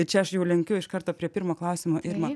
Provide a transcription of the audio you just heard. čia aš jau lenkiu iš karto prie pirmo klausimo irma